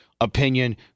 opinion